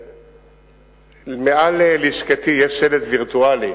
מעל לשכתי יש שלט וירטואלי,